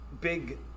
big